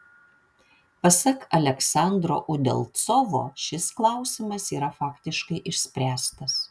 pasak aleksandro udalcovo šis klausimas yra faktiškai išspręstas